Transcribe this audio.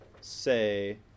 say